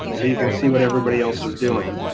so you can see what everybody else is doing.